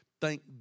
Thank